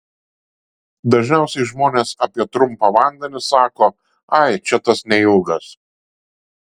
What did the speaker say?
dažniausiai žmonės apie trumpą vandenį sako ai čia tas neilgas